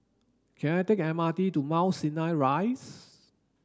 can I take the M R T to Mount Sinai Rise